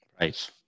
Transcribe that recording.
Right